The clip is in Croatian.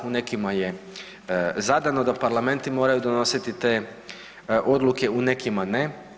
U nekima je zadano da parlamenti moraju donositi te odluke, u nekima ne.